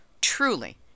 truly